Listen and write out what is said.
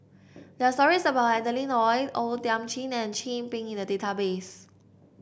there are stories about Adeline Ooi O Thiam Chin and Chin Peng in the database